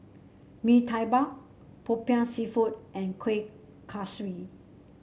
Mee Tai Mak Popiah seafood and Kueh Kaswi